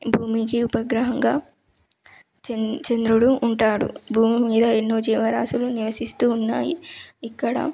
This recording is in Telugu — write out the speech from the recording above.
భూమికి ఉపగ్రహంగా చం చంద్రుడు ఉంటాడు భూమి మీద ఎన్నో జీవరాశులు నివసిస్తూ ఉన్నాయి ఇక్కడ